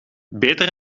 beter